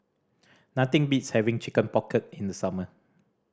nothing beats having Chicken Pocket in summer